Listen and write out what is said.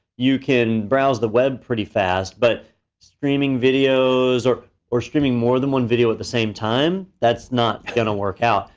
you can browse the web pretty fast, but streaming videos or or streaming more than one video at the same time, that's not gonna work out.